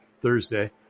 Thursday